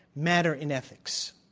matter in ethics.